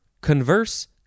converse